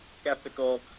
skeptical